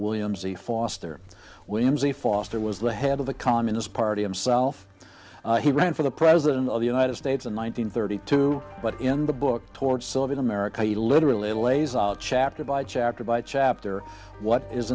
william z foster williams a foster was the head of the communist party and self he ran for the president of the united states in one nine hundred thirty two but in the book toward solving america he literally lays out chapter by chapter by chapter what is